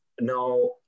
Now